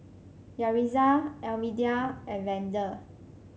Yaritza Almedia and Vander